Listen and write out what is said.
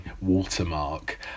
watermark